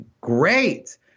great